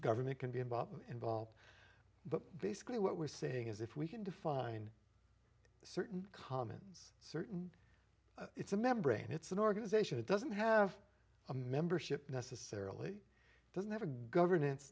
government can be about involved but basically what we're saying is if we can define certain commons certain it's a membrane it's an organisation it doesn't have a membership necessarily doesn't have a governance